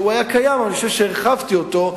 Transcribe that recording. שהיה קיים אבל אני חושב שהרחבתי אותו,